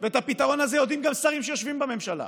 ואת הפתרון הזה יודעים גם שרים שיושבים בממשלה,